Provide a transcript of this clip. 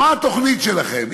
מה התוכנית שלכם?